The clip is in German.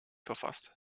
verfasst